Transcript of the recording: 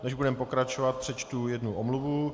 Než budeme pokračovat, přečtu jednu omluvu.